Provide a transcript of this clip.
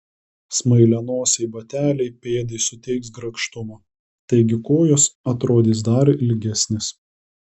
smailianosiai bateliai pėdai suteiks grakštumo taigi kojos atrodys dar ilgesnės